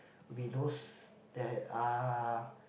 we those that ah